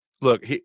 look